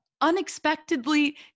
unexpectedly